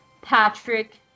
Patrick